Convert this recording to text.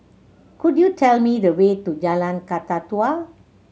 could you tell me the way to Jalan Kakatua